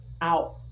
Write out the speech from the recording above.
out